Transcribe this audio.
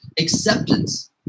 acceptance